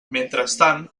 mentrestant